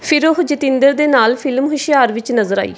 ਫਿਰ ਉਹ ਜਤਿੰਦਰ ਦੇ ਨਾਲ ਫ਼ਿਲਮ ਹੁਸ਼ਿਆਰ ਵਿੱਚ ਨਜ਼ਰ ਆਈ